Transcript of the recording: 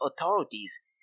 authorities